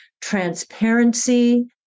transparency